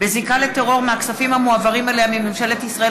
בזיקה לטרור מהכספים המועברים אליה מממשלת ישראל,